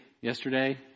yesterday